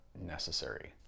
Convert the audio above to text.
necessary